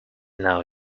know